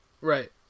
Right